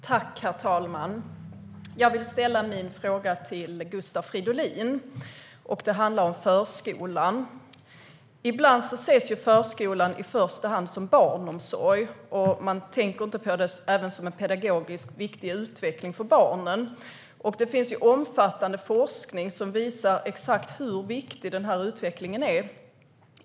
Herr talman! Jag vill ställa min fråga till Gustav Fridolin, och den handlar om förskolan. Ibland ses förskolan i första hand som barnomsorg, och man tänker inte på den även som en pedagogisk viktig utveckling för barnen. Det finns omfattande forskning som visar exakt hur viktig denna utveckling är.